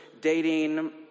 dating